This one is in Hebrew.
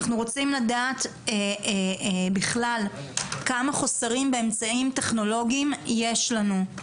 אנחנו רוצים לדעת בכלל כמה חוסרים באמצעים טכנולוגיים יש לנו.